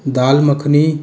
दाल makhani